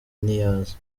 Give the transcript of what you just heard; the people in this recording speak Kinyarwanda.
ntiyaza